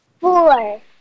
Four